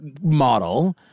Model